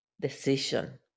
decision